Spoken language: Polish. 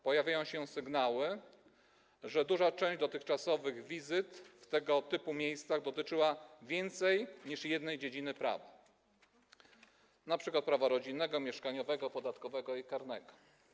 Pojawiają się sygnały, że duża część dotychczasowych wizyt w tego typu miejscach dotyczyła więcej niż jednej dziedziny prawa, np. prawa rodzinnego, mieszkaniowego, podatkowego i karnego.